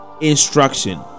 instruction